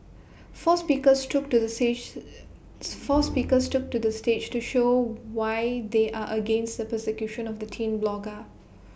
four speakers took to the sage four speakers took to the stage to show why they are against the persecution of the teen blogger